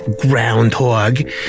groundhog